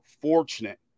fortunate